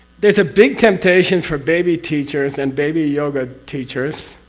there's a big temptation for baby teachers, and baby yoga teachers,